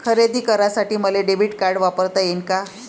खरेदी करासाठी मले डेबिट कार्ड वापरता येईन का?